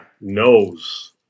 Knows